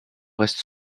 reste